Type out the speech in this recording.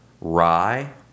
rye